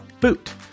boot